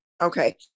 Okay